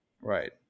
right